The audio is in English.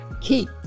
keep